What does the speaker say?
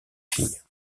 fille